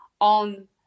on